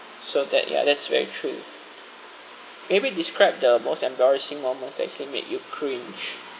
so that ya that's very true maybe describe the most embarrassing moments that actually make you cringe